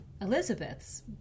Elizabeth's